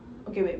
ah